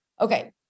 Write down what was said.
Okay